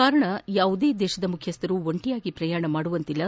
ಕಾರಣ ಯಾವುದೇ ದೇಶದ ಮುಖ್ಯಸ್ಥರು ಒಂಟಿಯಾಗಿ ಪ್ರಯಾಣ ಮಾಡುವಂತಿಲ್ಲ